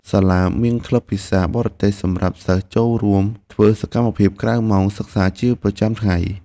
សាលាមានក្លឹបភាសាបរទេសសម្រាប់សិស្សចូលរួមធ្វើសកម្មភាពក្រៅម៉ោងសិក្សាជាប្រចាំថ្ងៃ។